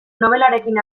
nobelarekin